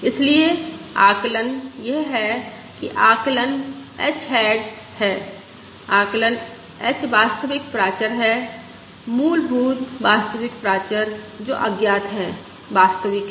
इसलिए आकलन यह है कि आकलन h हैट है आकलन h वास्तविक प्राचर है मूलभूत वास्तविक प्राचर जो अज्ञात है वास्तविक है